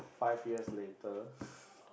five years later